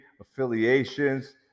affiliations